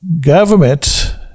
government